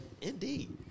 Indeed